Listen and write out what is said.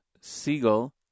Siegel